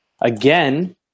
Again